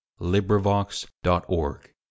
LibriVox.org